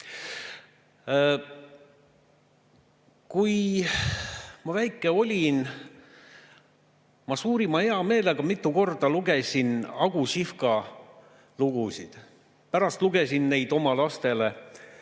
Kui ma väike olin, siis ma suurima heameelega, mitu korda lugesin Agu Sihvka lugusid. Pärast lugesin neid oma lastele.